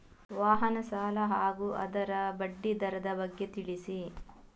ವಾಹನ ಸಾಲ ಹಾಗೂ ಅದರ ಬಡ್ಡಿ ದರದ ಬಗ್ಗೆ ತಿಳಿಸಿ?